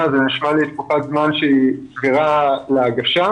זה נשמע לי תקופה זמן שהיא סבירה להגשה,